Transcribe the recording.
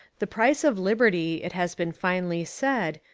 the price of liberty, it has been finely said,